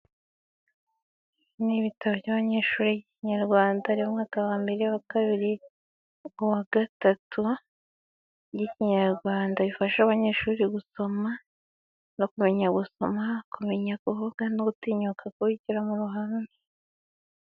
Ni ibitabo by'abanyeshuri by'ikinyarwanda byo mu mwaka: wa mbere, wa kabiri, uwa gatatu y'ikinyarwanda. Bifasha abanyeshuri gusoma no kumenya gusoma. Kumenya kuvuga no gutinyuka kuvugira mu ruhame.